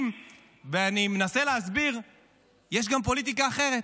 ואני רוצה להגיד לך מילה אחרונה.